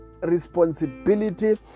responsibility